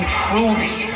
truly